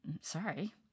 Sorry